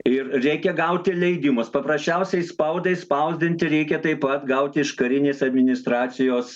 ir reikia gauti leidimus paprasčiausiai spaudai spausdinti reikia taip pat gauti iš karinės administracijos